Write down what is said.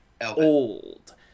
old